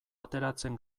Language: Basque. ateratzen